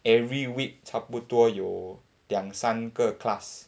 every week 差不多有两三个 class